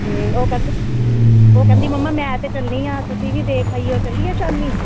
ਅਤੇ ਉਹ ਕਹਿੰਦੀ ਉਹ ਕਹਿੰਦੀ ਮੰਮਾ ਮੈਂ ਤਾਂ ਚੱਲੀ ਹਾਂ ਤੁਸੀਂ ਵੀ ਦੇਖ ਆਈਓ ਚੱਲੀਏ ਸ਼ਾਮੀ